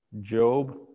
Job